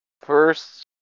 first